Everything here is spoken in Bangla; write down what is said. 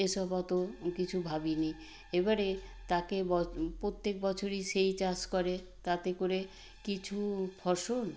এসব অতো কিছু ভাবি নি এবারে তাকে ব প্রত্যেক বছরই সেই চাষ করে তাতে করে কিছু ফসল